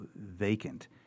vacant